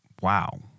Wow